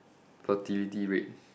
fertility rate